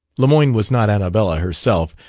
lemoyne was not annabella herself,